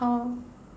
how